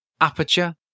Aperture